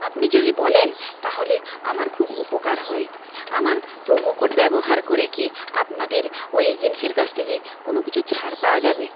আপনি যদি বলেন তাহলে আমার খুব উপকার হয় আমার প্রোমো কোড ব্যবহার করে কি আপনাদের ওই এজেন্সির কাছ থেকে কোনো কিছু ছাড় পাওয়া যাবে